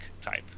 type